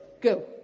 Go